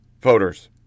voters